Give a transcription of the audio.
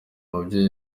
mubyeyi